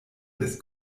des